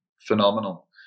phenomenal